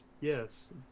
Yes